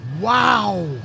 Wow